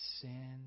sin